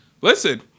Listen